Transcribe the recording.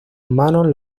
manos